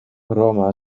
roma